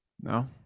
No